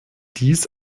dies